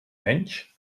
menys